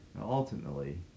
Ultimately